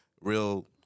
real